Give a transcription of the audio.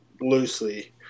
loosely